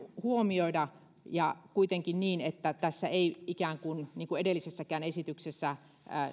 huomioida mutta kuitenkin niin että tässä ei ikään kuin niin kuin edellisessäkään esityksessä